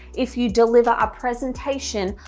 if you deliver a presentation,